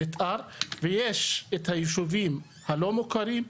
ויש את היישובים הלא מוכרים,